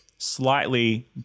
Slightly